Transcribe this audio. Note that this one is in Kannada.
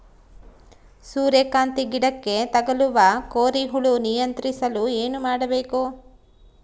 ಸೂರ್ಯಕಾಂತಿ ಗಿಡಕ್ಕೆ ತಗುಲುವ ಕೋರಿ ಹುಳು ನಿಯಂತ್ರಿಸಲು ಏನು ಮಾಡಬೇಕು?